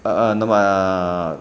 ನಮ್ಮ